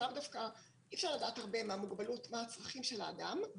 אי-אפשר לדעת במוגבלות מה הצרכים של האדם,